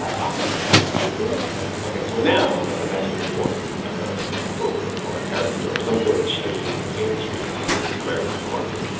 often fermented food ok, so now let's imagine that you walked into, like, ah a kroger or a harris teeter or some sort of chain, mainstream american supermarket.